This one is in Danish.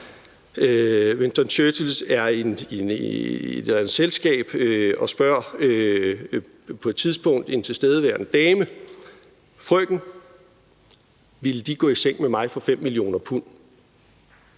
Winston Churchill er til et selskab og spørger på et tidspunkt en tilstedeværende dame: Frøken, ville De gå i seng med mig for 5 millioner pund?